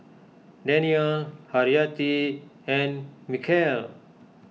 Daniel Haryati and Mikhail